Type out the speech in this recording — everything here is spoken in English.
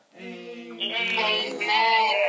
Amen